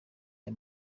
aya